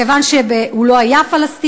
כיוון שהוא לא היה פלסטיני.